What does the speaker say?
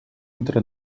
entre